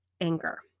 anger